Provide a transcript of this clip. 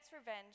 revenge